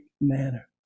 manner